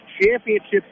Championship